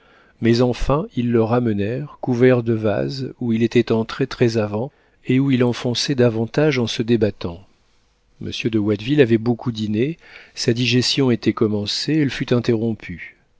mais enfin ils le ramenèrent couvert de vase où il était entré très avant et où il enfonçait davantage en se débattant monsieur de watteville avait beaucoup dîné sa digestion était commencée elle fut interrompue